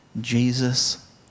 Jesus